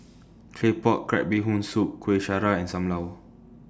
Claypot Crab Bee Hoon Soup Kueh Syara and SAM Lau